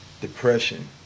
depression